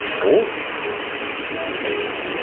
all his preferments would soon be vacant.